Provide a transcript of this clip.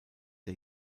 der